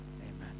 Amen